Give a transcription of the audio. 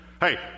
Hey